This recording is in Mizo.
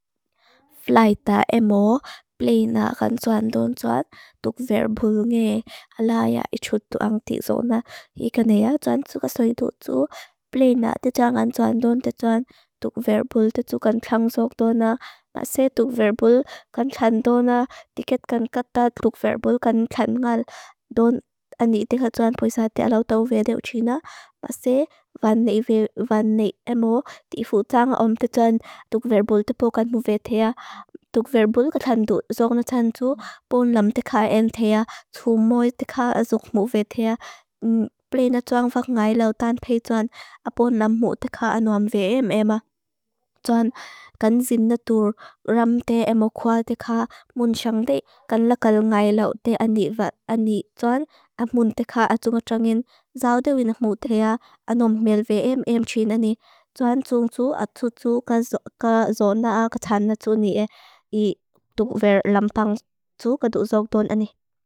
Flajta emo, pleina kan tsuandun tsuan tuk verbul nge ala aya ichutu ang tiso na. Ikan ea, tsuan tsukasoi tutsu, pleina tijangan tsuandun, tsuan tuk verbul tijukan tlangsok dona. Mase tuk verbul kan tlandona, tiget kan kata tuk verbul kan tland ngal. Dona ani tika tsuan poisa tia lau tau ve de u tsi na, mase van nei emo tifu tanga om tita tsuan, tuk verbul tupo kan mu ve thea. Tuk verbul kan tlandu zong na tlandu, pon lam tika em thea, tsumoi tika azok mu ve thea. Pleina tsuang vak ngai lau tanpe tsuan, a pon lam mu tika anuam ve em ema. Tsuan kan zin na tur ram thea emo kual tika mun tsiang de, kan lakal ngai lau thea ani va ani. Tsuan a mun tika atunga trangin zao de winak mu thea, anuam mel ve em em tshin ani. Tsuan tsung tsu atutu ka zo na a katsa na tsu ni e, i tuk ver lam pang tsu ka duzok dona ani.